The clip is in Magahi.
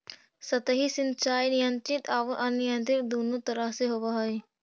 सतही सिंचाई नियंत्रित आउ अनियंत्रित दुनों तरह से होवऽ हइ